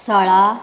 सोळा